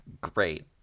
Great